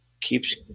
keeps